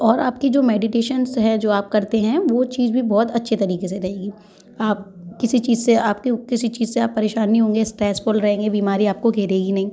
और आपकी जो मेडिटेसन्स है जो आप करते हैं वो चीज भी बहुत अच्छे तरीके से रहेगी आप किसी चीज से आपकी किसी चीज से आप परेशान नी होंगे स्ट्रेसफुल रहेंगे बीमारी आपको घेरेगी नहीं